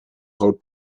groot